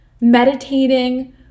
meditating